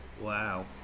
wow